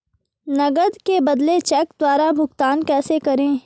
नकद के बदले चेक द्वारा भुगतान कैसे करें?